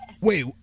Wait